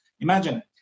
Imagine